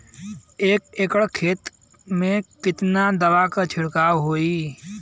गेहूँ के कीट संक्रमण से कइसे बचावल जा?